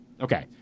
Okay